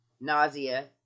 nausea